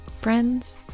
Friends